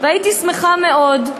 הייתי שמחה מאוד,